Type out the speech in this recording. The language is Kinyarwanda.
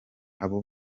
abo